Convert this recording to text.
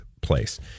place